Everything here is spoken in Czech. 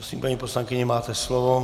Prosím, paní poslankyně, máte slovo.